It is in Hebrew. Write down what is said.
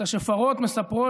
עד שלוש דקות לרשותך.